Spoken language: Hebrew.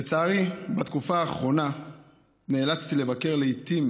לצערי, בתקופה האחרונה נאלצתי לבקר לעיתים